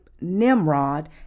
Nimrod